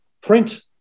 print